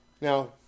Now